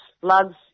floods